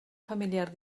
familiar